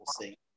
see